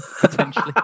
potentially